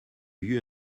eut